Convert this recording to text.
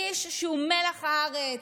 איש שהוא מלח הארץ,